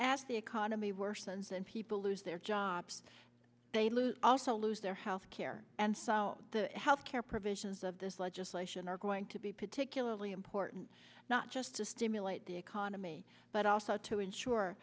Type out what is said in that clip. as the economy worsens and people lose their jobs they lose also lose their health care and the health care provisions of this legislation are going to be particularly important not just to stimulate the economy but also to ensure